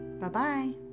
Bye-bye